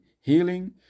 healing